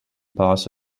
pass